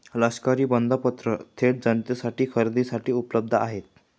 लष्करी बंधपत्र थेट जनतेसाठी खरेदीसाठी उपलब्ध आहेत